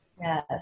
Yes